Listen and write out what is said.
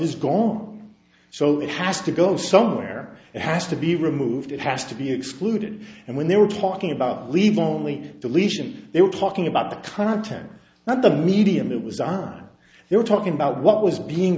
is gone so it has to go somewhere it has to be removed it has to be excluded and when they were talking about leaving only deletion they were talking about the content not the medium it was on they were talking about what was being